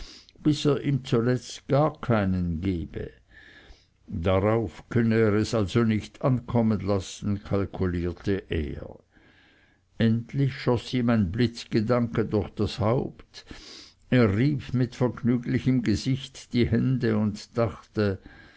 ihm zuletzt gar keinen gebe darauf könne er es also nicht ankommen lassen kalkulierte er endlich schoß ihm ein blitzgedanke durch das haupt er rieb mit vergnüglichem gesichte die hände und dachte